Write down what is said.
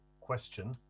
question